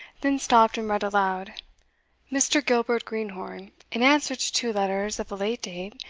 then stopped and read aloud mr. gilbert greenhorn in answer to two letters of a late date,